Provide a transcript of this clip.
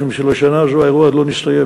משום שבשנה הזו האירוע עוד לא נסתיים.